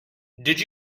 did